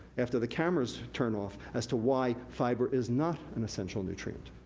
after the cameras turn off, as to why fiber is not an essential nutrient.